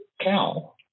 cow